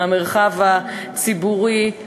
מהמרחב הציבורי,